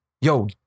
yo